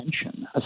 attention